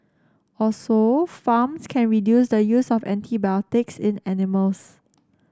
also farms can reduce the use of antibiotics in animals